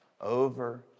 over